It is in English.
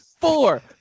Four